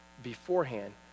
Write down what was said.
beforehand